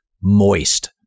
Moist